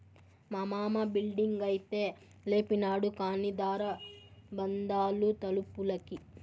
మా మామ బిల్డింగైతే లేపినాడు కానీ దార బందాలు తలుపులకి